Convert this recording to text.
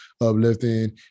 uplifting